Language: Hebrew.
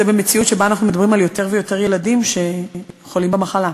זה במציאות שבה אנחנו מדברים על יותר ויותר ילדים שחולים במחלה.